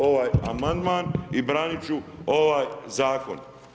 ovaj amandman i branit ću ovaj zakon.